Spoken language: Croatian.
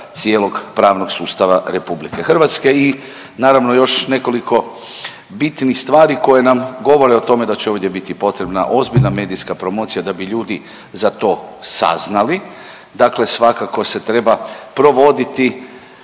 cijelog pravnog sustava RH i naravno još nekoliko bitnih stvari koje nam govore o tome da će ovdje biti potrebna ozbiljna medijska promocija da bi ljudi za to saznali, dakle svakako se treba provoditi